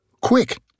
Quick